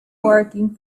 working